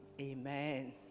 amen